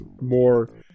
more